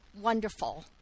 wonderful